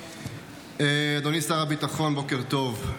אדוני שר הביטחון, בוקר טוב.